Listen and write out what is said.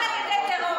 רק על ידי טרור.